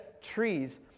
trees